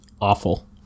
awful